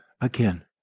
again